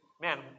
man